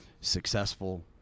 successful